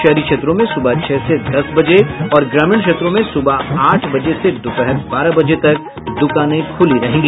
शहरी क्षेत्रों में सुबह छह से दस बजे और ग्रामीण क्षेत्रों में सुबह आठ बजे से दोपहर बारह बजे तक दुकानें खुली रहेंगी